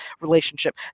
relationship